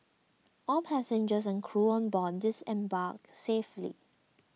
all passengers and crew on board disembarked safely